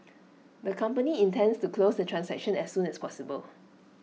the company intends to close the transaction as soon as possible